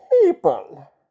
people